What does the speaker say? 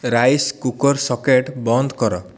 rice cooker socket ବନ୍ଦ କର